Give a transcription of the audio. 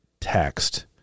text